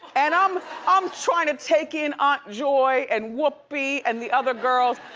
and um i'm trying to take in um joy and whoopi and the other girls,